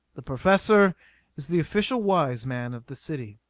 the professor is the official wise man of the city.